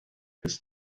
his